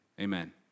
amen